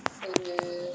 ஒரு:oru